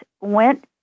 went